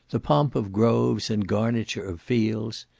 the pomp of groves, and garniture of fields,